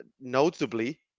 notably